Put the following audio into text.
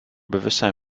bewustzijn